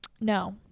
No